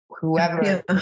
whoever